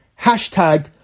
hashtag